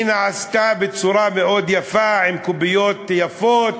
היא נעשתה בצורה מאוד יפה, עם קוביות יפות.